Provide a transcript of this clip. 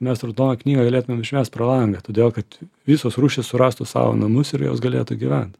mes raudoną knygą galėtumėm išmest pro langą todėl kad visos rūšys surastų savo namus ir jos galėtų gyvent